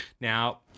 Now